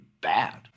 bad